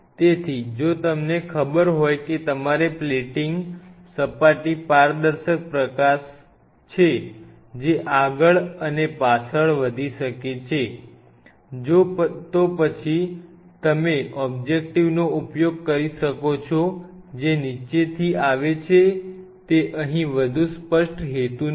તેથી જો તમને ખબર હોય કે તમારી પ્લેટિંગ સપાટી પારદર્શક પ્રકાશ જે પાછળ અને આગળ વધી શકે છે તો પછી તમે ઓબ્જેક્ટિવનો ઉપયોગ કરી શકો છો જે નીચેથી આવે છે તે અહીં વધુ સ્પષ્ટ હેતુ નથી